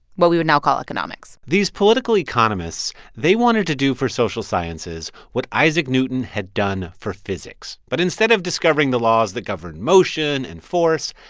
what we would now call economics these political economists they wanted to do for social sciences what isaac newton had done for physics. but instead of discovering the laws that govern motion and force,